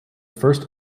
first